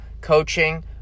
coaching